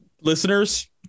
listeners